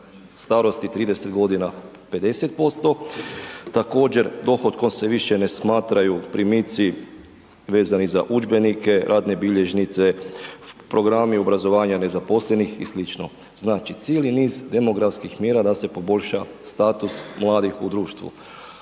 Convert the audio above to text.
starosti 30 g. 50%, također dohotkom se više ne smatraju primici vezani za udžbenike, radne bilježnice, programi obrazovanja nezaposlenih i sl. Znači cijeli niz demografskih mjera da se poboljša status mladih u društvu.